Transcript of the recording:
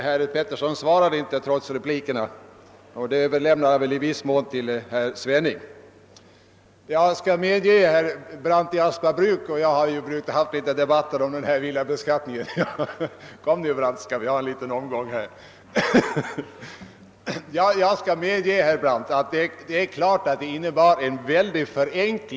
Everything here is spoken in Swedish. Herr Pettersson svarade inte, trots att han hade flera repliker, utan överlämnade väl i viss mån denna uppgift till herr Svenning. Herr Brandt och jag har ju tidigare haft diskussioner om villabeskattningen, och vi får nu tillfälle till en ny omgång.